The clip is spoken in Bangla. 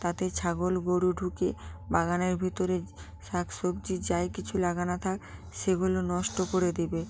তাতে ছাগল গরু ঢুকে বাগানের ভিতরে শাক সবজি যাই কিছু লাগানো থাক সেগুলো নষ্ট করে দেবে